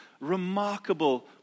remarkable